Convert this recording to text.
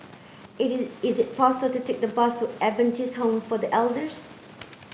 it is faster to take the bus to Adventist Home for the Elders